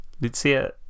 Lucia